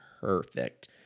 perfect